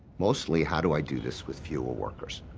mostly, how do i do this with fewer workers?